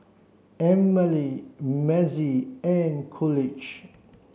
Emmalee Mazie and Coolidge